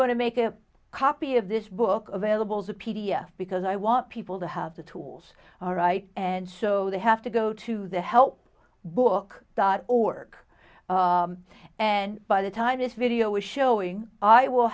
going to make a copy of this book available as a p d f because i want people to have the tools all right and so they have to go to the help book dot org and by the time this video is showing i will